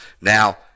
Now